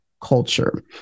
culture